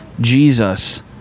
Jesus